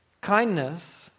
Kindness